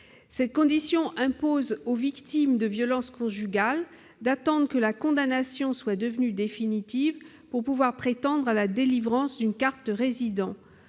Cette condition impose aux victimes de violences conjugales d'attendre que la condamnation soit devenue définitive pour pouvoir prétendre à la délivrance d'une carte de résident.